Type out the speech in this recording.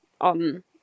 On